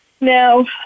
Now